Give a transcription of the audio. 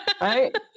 Right